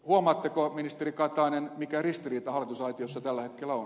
huomaatteko ministeri katainen mikä ristiriita hallitusaitiossa tällä hetkellä on